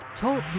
Talk